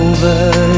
Over